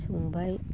संबाय